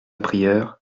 prieure